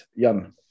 jan